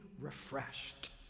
refreshed